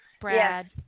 Brad